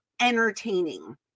entertaining